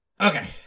Okay